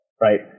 right